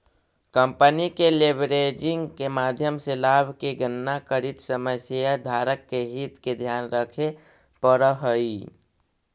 company के leveraging के माध्यम से लाभ के गणना करित समय शेयरधारक के हित के ध्यान रखे पड़ऽ हई